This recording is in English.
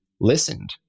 listened